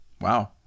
Wow